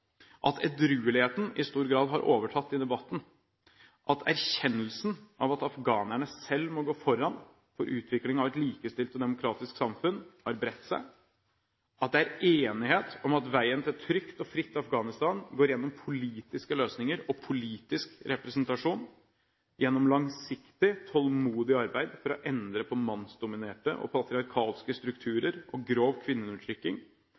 at edrueligheten i stor grad har overtatt i debatten, at erkjennelsen av at afghanerne selv må gå foran for utvikling av et likestilt og demokratisk samfunn, har bredt seg, at det er enighet om at veien til et trygt og fritt Afghanistan går gjennom politiske løsninger og politisk representasjon, gjennom langsiktig, tålmodig arbeid for å endre på mannsdominerte og patriarkalske strukturer og grov kvinneundertrykking,